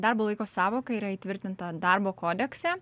darbo laiko sąvoka yra įtvirtinta darbo kodekse